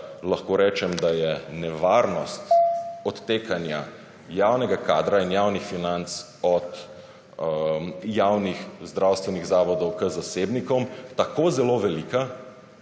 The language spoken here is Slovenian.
za konec razprave/ odtekanja javnega kadra in javnih financ od javnih zdravstvenih zavodov k zasebnikom tako zelo velika,